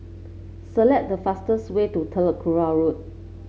select the fastest way to Telok Kurau Road